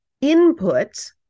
input